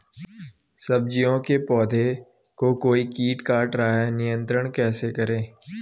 सब्जियों के पौधें को कोई कीट काट रहा है नियंत्रण कैसे करें?